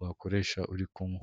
wakoresha uri kunywa.